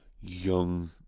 young